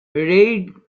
reid